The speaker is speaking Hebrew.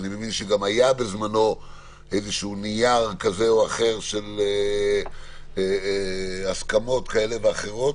אני מבין שגם היה בזמנו נייר כזה או אחר של הסכמות כאלה ואחרות.